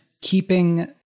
keeping